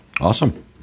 Awesome